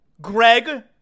Greg